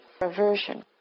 aversion